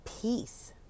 peace